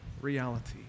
reality